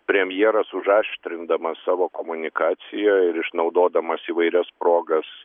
premjeras užaštrindamas savo komunikaciją ir išnaudodamas įvairias progas